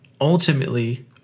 ultimately